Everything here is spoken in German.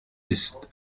ist